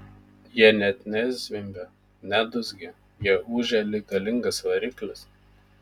jie net ne zvimbia ne dūzgia jie ūžia lyg galingas variklis